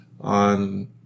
on